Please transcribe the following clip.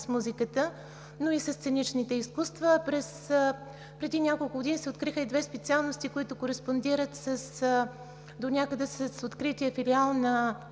с музиката, но и със сценичните изкуства. Преди няколко години се откриха и две специалности, които кореспондират донякъде с открития филиал на